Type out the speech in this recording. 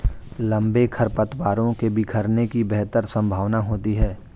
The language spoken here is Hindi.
लंबे खरपतवारों के बिखरने की बेहतर संभावना होती है